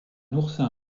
oursin